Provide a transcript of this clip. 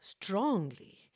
strongly